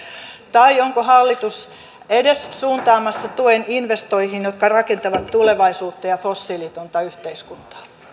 tai onko hallitus edes suuntaamassa tuen investointeihin jotka rakentavat tulevaisuutta ja fossiilitonta yhteiskuntaa